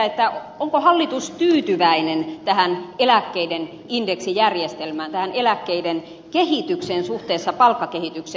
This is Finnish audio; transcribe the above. onko hallitus tyytyväinen tähän eläkkeiden indeksijärjestelmään eläkkeiden kehitykseen suhteessa palkkakehitykseen